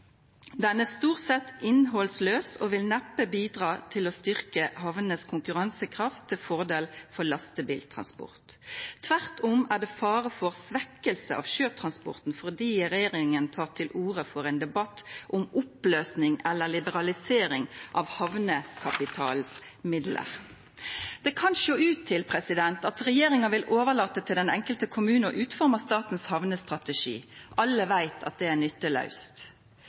er stort sett innholdsløs og vil neppe bidra til å styrke havnenes konkurransekraft til fordel for lastebiltransport. Tvert om er det en fare for svekkelse av sjøtransporten fordi regjeringen tar til orde for en debatt om oppløsning eller liberalisering av havnekapitalens midler.» Det kan sjå ut som om regjeringa vil overlata til den enkelte kommunen å utforma statens hamnestrategi. Alle veit at det er